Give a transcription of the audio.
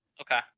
Okay